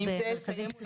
בוקר טוב לכולם,